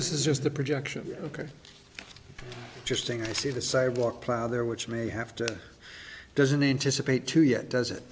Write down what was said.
this is just the projection ok just think i see the sidewalk plow there which may have to doesn't anticipate too yet does it